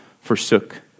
forsook